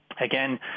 Again